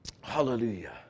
Hallelujah